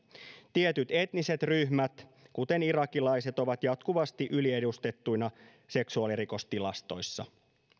tietyt etniset ryhmät kuten irakilaiset ovat jatkuvasti yliedustettuina seksuaalirikostilastoissa